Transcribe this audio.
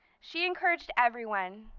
she encouraged everyone,